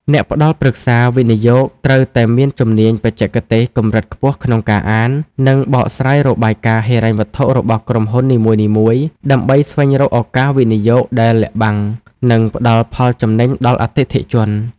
អ្នកផ្ដល់ប្រឹក្សាវិនិយោគត្រូវតែមានជំនាញបច្ចេកទេសកម្រិតខ្ពស់ក្នុងការអាន និងបកស្រាយរបាយការណ៍ហិរញ្ញវត្ថុរបស់ក្រុមហ៊ុននីមួយៗ ដើម្បីស្វែងរកឱកាសវិនិយោគដែលលាក់កំបាំង និងផ្ដល់ផលចំណេញដល់អតិថិជន។